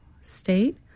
state